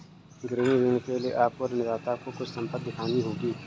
गिरवी ऋण के लिए आपको ऋणदाता को कुछ संपत्ति दिखानी होगी